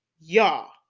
y'all